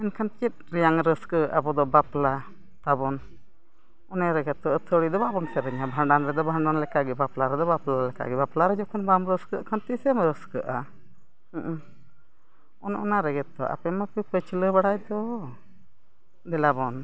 ᱮᱱᱠᱷᱟᱱ ᱪᱮᱫ ᱨᱮᱭᱟᱜ ᱨᱟᱹᱥᱠᱟᱹ ᱟᱵᱚ ᱫᱚ ᱵᱟᱯᱞᱟ ᱛᱟᱵᱚᱱ ᱚᱱᱟ ᱨᱮᱜᱮ ᱛᱚ ᱟᱹᱛᱷᱟᱹᱲᱤ ᱫᱚ ᱵᱟᱵᱚᱱ ᱥᱮᱨᱮᱧᱟ ᱵᱷᱟᱸᱰᱟᱱ ᱨᱮᱫᱚ ᱵᱷᱟᱸᱰᱟᱱ ᱞᱮᱠᱟ ᱜᱮ ᱵᱟᱯᱞᱟ ᱨᱮᱫᱚ ᱵᱟᱯᱞᱟ ᱞᱮᱠᱟ ᱜᱮ ᱵᱟᱞᱯᱟ ᱨᱮ ᱡᱚᱠᱷᱚᱱ ᱵᱟᱢ ᱨᱟᱹᱥᱠᱟᱹᱜ ᱠᱷᱟᱱ ᱛᱤᱥᱮᱢ ᱨᱟᱹᱥᱠᱟᱹᱜᱼᱟ ᱚᱱᱮ ᱚᱱᱟ ᱨᱮᱜᱮ ᱛᱚ ᱟᱯᱮ ᱢᱟᱯᱮ ᱯᱟᱹᱪᱷᱞᱟᱹ ᱵᱟᱲᱟᱭ ᱫᱚ ᱫᱮᱞᱟ ᱵᱚᱱ